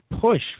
push